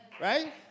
right